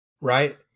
Right